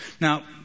Now